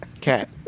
Cat